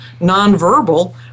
nonverbal